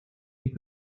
این